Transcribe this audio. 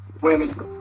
women